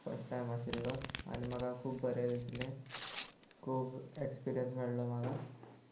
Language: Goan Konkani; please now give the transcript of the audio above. फस्ट टायम आशिल्लो आनी म्हाका खूब बरें दिसलें खूब एक्सपिरियन्स मेळ्ळो म्हाका